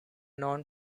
known